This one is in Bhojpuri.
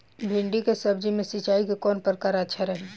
भिंडी के सब्जी मे सिचाई के कौन प्रकार अच्छा रही?